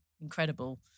incredible